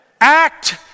act